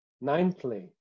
Ninthly